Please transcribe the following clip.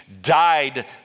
died